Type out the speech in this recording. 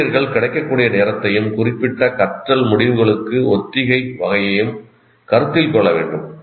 ஆசிரியர்கள் கிடைக்கக்கூடிய நேரத்தையும் குறிப்பிட்ட கற்றல் முடிவுகளுக்கு ஒத்திகை வகையையும் கருத்தில் கொள்ள வேண்டும்